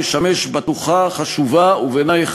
ואנחנו צריכים לדאוג לחלק את העולם בין אלה שמנסים להתנכל